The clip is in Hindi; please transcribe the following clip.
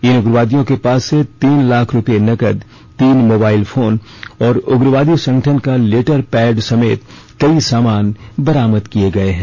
इन उग्रवादियों के पास से तीन लाख रुपए नकद तीन मोबाइल फोन और उग्रवादी संगठन का लेटर पैड समेत कई सामान बरामद किए गए हैं